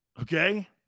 Okay